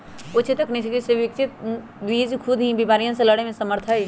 उच्च तकनीक से विकसित बीज खुद ही बिमारियन से लड़े में समर्थ हई